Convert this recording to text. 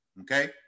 okay